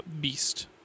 beast